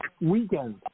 weekend